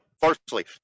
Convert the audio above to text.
firstly